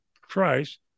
Christ